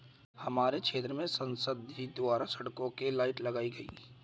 हमारे क्षेत्र में संसद जी द्वारा सड़कों के लाइट लगाई गई